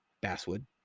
basswood